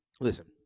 Listen